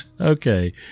Okay